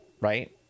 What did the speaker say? right